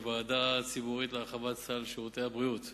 ועדה ציבורית להרחבת סל שירותי הבריאות,